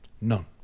None